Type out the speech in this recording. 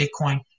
Bitcoin